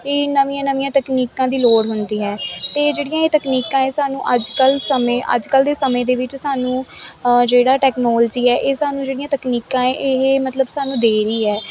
ਈ ਨਵੀਆਂ ਨਵੀਆਂ ਤਕਨੀਕਾਂ ਦੀ ਲੋੜ ਹੁੰਦੀ ਹੈ ਅਤੇ ਜਿਹੜੀਆਂ ਇਹ ਤਕਨੀਕਾਂ ਇਹ ਸਾਨੂੰ ਅੱਜ ਕੱਲ੍ਹ ਸਮੇਂ ਅੱਜ ਕੱਲ੍ਹ ਦੇ ਸਮੇਂ ਦੇ ਵਿੱਚ ਸਾਨੂੰ ਜਿਹੜਾ ਟੈਕਨੋਲਜੀ ਹੈ ਇਹ ਸਾਨੂੰ ਜਿਹੜੀਆਂ ਤਕਨੀਕਾਂ ਏ ਇਹ ਮਤਲਬ ਸਾਨੂੰ ਦੇ ਰਹੀ ਹੈ